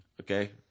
Okay